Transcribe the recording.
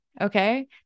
Okay